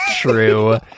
true